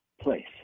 Place